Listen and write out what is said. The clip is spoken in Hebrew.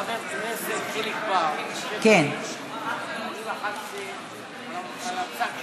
חבר הכנסת חיליק בר, אני לחצתי על הצג שלו.